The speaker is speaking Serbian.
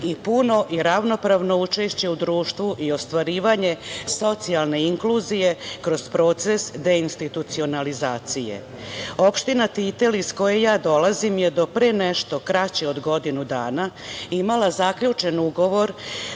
i puno i ravnopravno učešće u društvu i ostvarivanje socijalne inkluzije kroz proces deinstitucionalizacije. Opština Titel, iz koje ja dolazim, je do pre nešto kraće od godinu dana imala zaključen ugovor